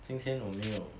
今天我没有